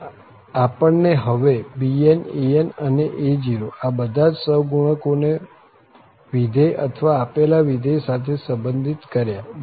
આમ આપણે હવે bn an અને a0 આ બધા જ સહગુણકોને વિધેય અથવા આપેલા વિધેય સાથે સંબંધિત કર્યા